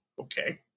Okay